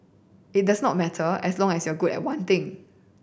it does not matter as long as you're good at one thing